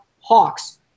Hawks